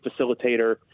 facilitator